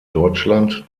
deutschland